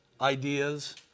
ideas